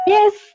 Yes